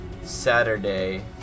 Saturday